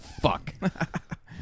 fuck